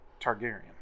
Targaryen